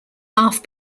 half